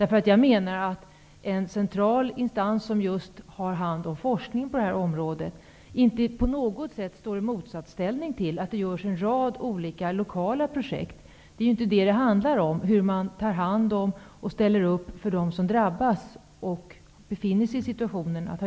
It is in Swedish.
En central instans som har hand om forskning på detta område står inte i motsatsställning till att det görs en rad olika lokala projekt. Det handlar inte om hur man tar hand om och ställer upp för dem som drabbas av incest.